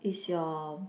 is your